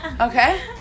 okay